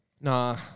Nah